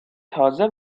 تازه